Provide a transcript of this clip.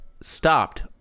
stopped